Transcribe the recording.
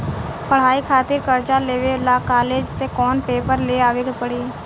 पढ़ाई खातिर कर्जा लेवे ला कॉलेज से कौन पेपर ले आवे के पड़ी?